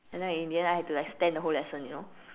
and then in the end I had to like stand the whole lesson you know